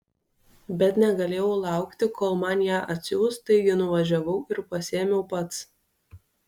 bet negalėjau laukti kol man ją atsiųs taigi nuvažiavau ir pasiėmiau pats